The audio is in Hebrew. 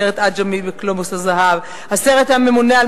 הסרט "עג'מי" ב"גלובוס הזהב"; הסרט "הממונה על